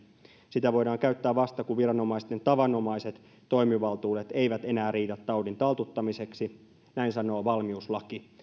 sitä voidaan käyttää vasta kun viranomaisten tavanomaiset toimivaltuudet eivät enää riitä taudin taltuttamiseksi näin sanoo valmiuslaki